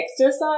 exercise